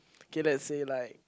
okay let's say like